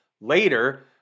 later